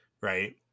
right